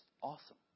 awesome